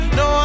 no